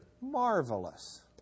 marvelous